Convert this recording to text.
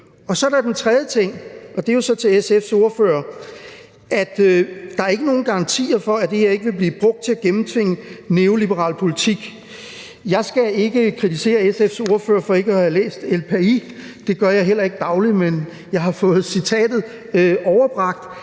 at der ikke er nogen garantier for, at det her ikke vil blive brugt til at gennemtvinge neoliberal politik. Jeg skal ikke kritisere SF's ordfører for ikke at have læst El País, det gør jeg heller ikke dagligt, men jeg har fået citatet overbragt.